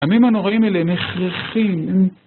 הימים הנוראים האלה הם הכרחיים. הם...